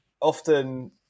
often